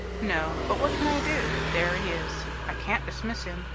no. but what can i do? there he is. i can't dismiss him.